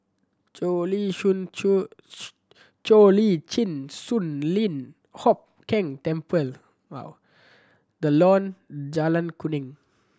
Cheo Lim Cheo Lim Chin Sun Lian Hup Keng Temple The Lawn Jalan Kuning